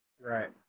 right